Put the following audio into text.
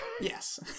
Yes